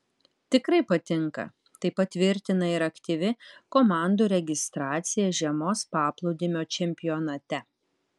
tikrai patinka tai patvirtina ir aktyvi komandų registracija žiemos paplūdimio čempionate